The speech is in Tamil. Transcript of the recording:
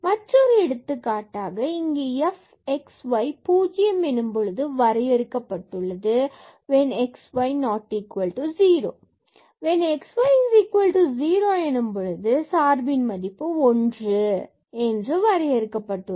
மற்றொரு எடுத்துக்காட்டாக இங்கு f x y பூஜ்ஜியம் எனும் போது வரையறுக்கப்பட்டுள்ளது when x y not equal to 0 மற்றும் when x y 0 பின்பு சார்பின் மதிப்பு ஒன்று மற்றும் வரையறுக்கப்பட்டுள்ளது